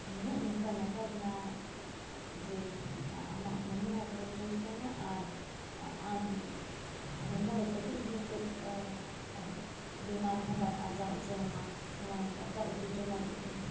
ᱱᱩᱱᱟᱹᱜ ᱱᱚᱝᱠᱟ ᱱᱟᱯᱟᱭ ᱠᱟᱱᱟ ᱡᱮ ᱟᱢᱟᱜ ᱦᱚᱲᱢᱚ ᱦᱚᱸ ᱯᱩᱨᱟᱹ ᱯᱷᱨᱮᱥ ᱛᱟᱦᱮᱱᱟ ᱟᱨ ᱟᱢ ᱦᱚᱲᱢᱚᱨᱮ ᱠᱟᱹᱴᱤᱡ ᱦᱚᱸ ᱪᱮᱫ ᱵᱤᱢᱟᱨ ᱦᱚᱸ ᱵᱟᱭ ᱟᱨᱡᱟᱣ ᱦᱚᱪᱚ ᱟᱢᱟ ᱱᱚᱣᱟ ᱫᱟᱠᱟ ᱩᱛᱩ ᱡᱚᱢ ᱠᱟᱛᱮᱫ ᱫᱚ